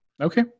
Okay